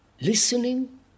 listening